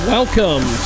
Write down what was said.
Welcome